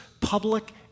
public